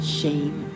shame